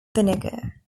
vinegar